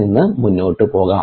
നിന്ന് മുന്നോട്ട് പോകാം